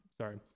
Sorry